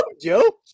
Joe